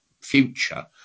future